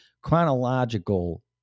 chronological